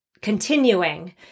continuing